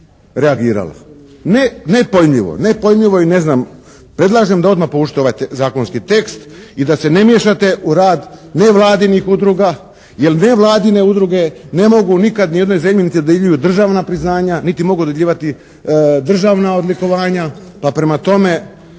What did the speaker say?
Nepojmljivo i ne znam predlažem da odmah povučete ovaj zakonski tekst i da se ne miješate u rad nevladinih udruga jer nevladine udruge ne mogu nikad ni u jednoj zemlji …/Govornik se ne razumije./… državna priznanja niti mogu dodjeljivati državna odlikovanja, pa prema tome